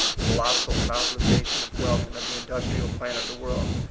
colossal monopolization of wealth and of the industrial plant of the world,